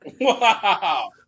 Wow